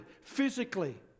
physically